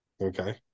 Okay